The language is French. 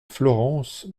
florence